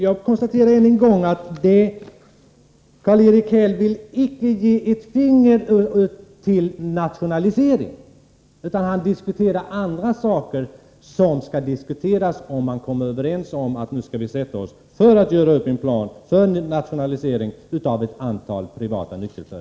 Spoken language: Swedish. Jag konstaterar än en gång att Karl-Erik Häll icke vill röra ett enda finger för att åstadkomma en nationalisering, utan han tar upp andra saker.